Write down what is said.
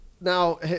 now